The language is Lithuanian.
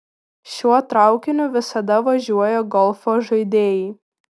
šiuo traukiniu visada važiuoja golfo žaidėjai